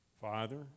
Father